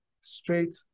straight